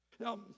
Now